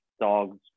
dogs